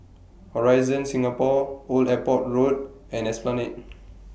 Horizon Singapore Old Airport Road and Esplanade